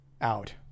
out